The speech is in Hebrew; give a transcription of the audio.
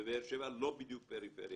ובאר שבע לא בדיוק פריפריה,